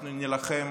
אנחנו נילחם